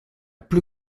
plus